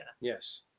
Yes